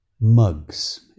Mugs